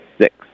six